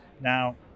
Now